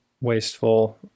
wasteful